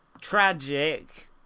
tragic